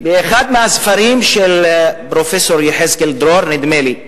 באחד מהספרים של פרופסור יחזקאל דרור, נדמה לי,